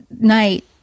night